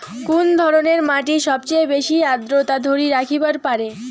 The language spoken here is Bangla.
কুন ধরনের মাটি সবচেয়ে বেশি আর্দ্রতা ধরি রাখিবার পারে?